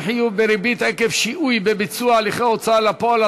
אי-חיוב בריבית עקב שיהוי בביצוע הליכי הוצאה לפועל),